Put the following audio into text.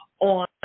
on